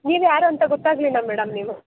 ನೀವು ಯಾರು ಅಂತ ಗೊತ್ತಾಗಲಿಲ್ಲ ಮೇಡಮ್ ನೀವು